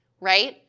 right